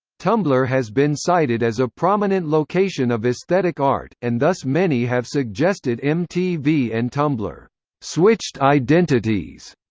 tumblr has been cited as a prominent location of aesthetic art, and thus many have suggested mtv and tumblr switched identities.